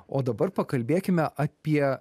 o dabar pakalbėkime apie